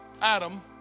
Adam